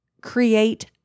create